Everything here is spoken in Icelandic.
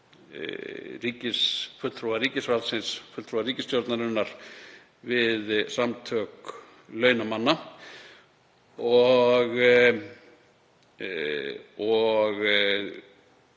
fulltrúa ríkisvaldsins, fulltrúa ríkisstjórnarinnar við samtök launamanna.